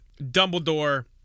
Dumbledore